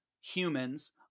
humans